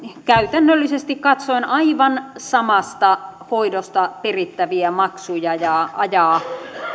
käytännöllisesti katsoen aivan samasta hoidosta perittäviä maksuja ja ajaa